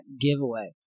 giveaway